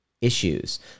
issues